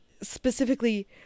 specifically